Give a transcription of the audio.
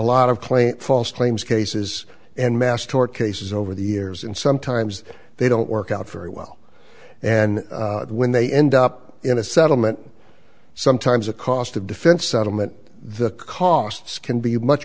lot of plain false claims cases and mass tort cases over the years and sometimes they don't work out very well and when they end up in a settlement sometimes the cost of defense settlement the costs can be much